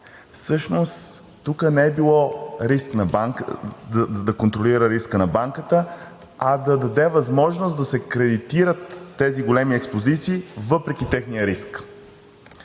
Всъщност тук не е било да се контролира рискът на банката, а да се даде възможност да се кредитират тези големи експозиции въпреки техния риск.